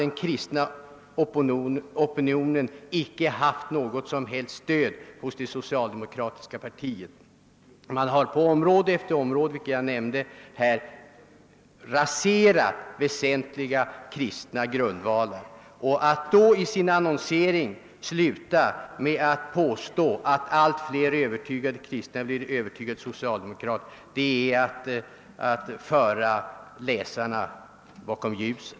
Den kristna opinionen har icke haft något stöd hos det socialdemokratiska partiet. Att då sluta annonsen med påståendet att allt fler övertygade kristna blir övertygade socialdemokrater är att föra läsarna bakom ljuset.